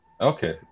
Okay